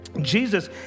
Jesus